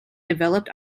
developed